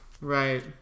Right